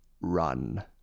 Run